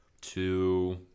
two